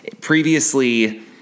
previously